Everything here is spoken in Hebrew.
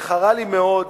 שחרה לי מאוד